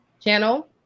channel